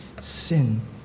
sin